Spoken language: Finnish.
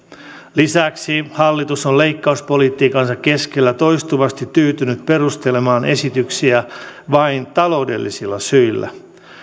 lisäksi hallitus on leikkauspolitiikkansa keskellä toistuvasti tyytynyt perustelemaan esityksiä vain taloudellisilla syillä